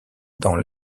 dans